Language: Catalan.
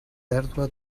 pèrdua